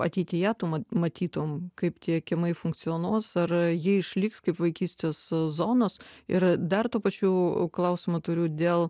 ateityje tu matytumei kaip tiekimai funkcionuos ar ji išliks kaip vaikystės zonos ir dar tų pačių klausimų turiu dėl